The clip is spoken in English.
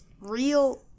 Real